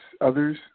Others